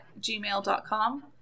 gmail.com